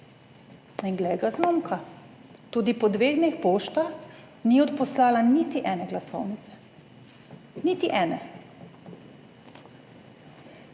In glej ga zlomka, tudi po dveh dneh pošta ni odposlala niti ene glasovnice. Niti ene.